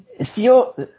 SEO